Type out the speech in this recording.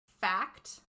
fact